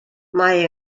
mae